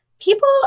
people